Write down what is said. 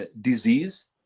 disease